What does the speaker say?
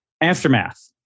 Aftermath